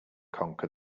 conquer